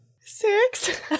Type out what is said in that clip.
Six